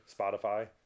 Spotify